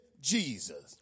Jesus